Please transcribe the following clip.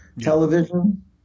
television